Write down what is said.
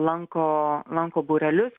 lanko lanko būrelius